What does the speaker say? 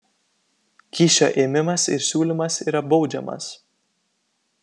kyšio ėmimas ir siūlymas yra baudžiamas